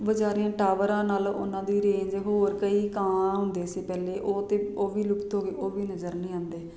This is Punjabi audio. ਵਿਚਾਰੀਆਂ ਟਾਵਰਾਂ ਨਾਲ ਉਹਨਾਂ ਦੀ ਰੇਂਜ ਹੋਰ ਕਈ ਕਾਂ ਹੁੰਦੇ ਸੀ ਪਹਿਲੇ ਉਹ ਤਾਂ ਉਹ ਵੀ ਲੁਪਤ ਹੋ ਗਏ ਉਹ ਵੀ ਨਜ਼ਰ ਨਹੀਂ ਆਉਂਦੇ